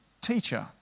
teacher